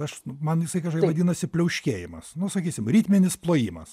aš man jisai kažkaip vadinasi pliauškėjimas nu sakysim ritminis plojimas